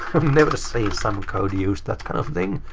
i've never seen sum code use that kind of thing.